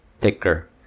thicker